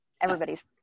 everybody's